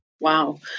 Wow